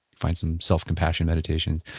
find some self-compassion meditation.